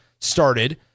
started